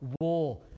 war